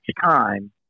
time